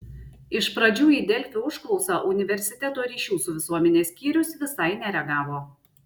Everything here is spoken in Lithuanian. iš pradžių į delfi užklausą universiteto ryšių su visuomene skyrius visai nereagavo